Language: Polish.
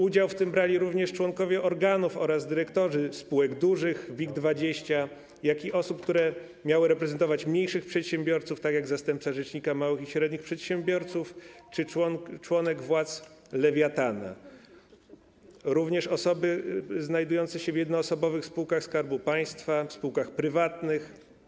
Udział w tym brali również członkowie organów oraz dyrektorzy spółek dużych, WIG20, i osoby, które miały reprezentować mniejszych przedsiębiorców, takie jak zastępca rzecznika małych i średnich przedsiębiorców czy członek władz Lewiatana, również osoby znajdujące się w jednoosobowych spółkach Skarbu Państwa, w spółkach prywatnych.